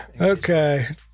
Okay